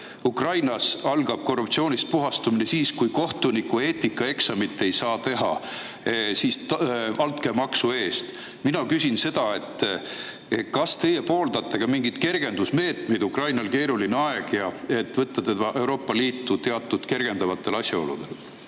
Ukrainas algab korruptsioonist puhastumine siis, kui kohtunikueetika eksamit ei saa teha altkäemaksu eest. Mina küsin seda: kas teie pooldate mingeid kergendusmeetmeid? Ukrainal on keeruline aeg, ehk võtta ta Euroopa Liitu teatud kergendavate asjaoludel?